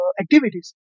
activities